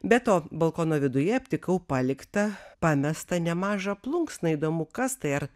be to balkono viduje aptikau paliktą pamestą nemažą plunksną įdomu kas tai ar